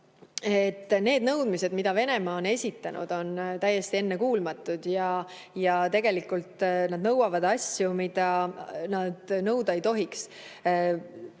need nõudmised, mida Venemaa on esitanud, on täiesti ennekuulmatud. Tegelikult nad nõuavad asju, mida nad nõuda ei tohiks,